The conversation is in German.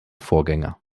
vorgänger